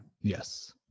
Yes